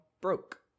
broke